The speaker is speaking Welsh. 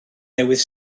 newydd